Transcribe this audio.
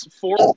four